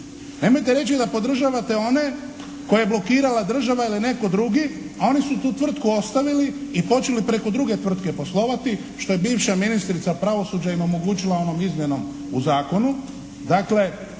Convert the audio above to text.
Nemojte reći da podržavate one koje je blokirala država jel' je netko drugi, a oni su tu tvrtku ostavili i počeli preko druge tvrtke poslovati, što je bivša ministrica pravosuđa im omogućila onom izmjenom u zakonu.